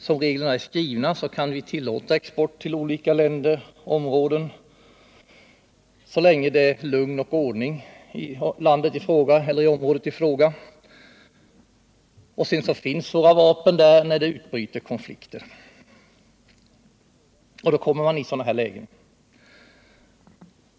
Som reglerna är skrivna kan vi tillåta export till olika länder och områden så länge det är lugn och ordning i landet eller området i fråga. Sedan finns våra vapen där när det utbryter konflikter.